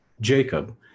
Jacob